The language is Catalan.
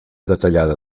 detallada